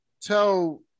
tell